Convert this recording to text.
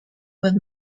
with